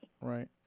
Right